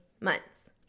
months